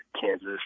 Kansas